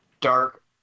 dark